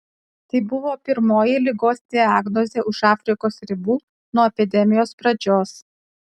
tai buvo pirmoji ligos diagnozė už afrikos ribų nuo epidemijos pradžios